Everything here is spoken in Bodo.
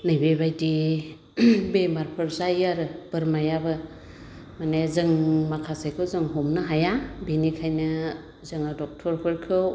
नैबेबायदि बेमारफोर जायो आरो बोरमायाबो माने जों माखासेखौ जों हमनो हाया बिनिखायनो जोङो ड'क्टरफोरखौ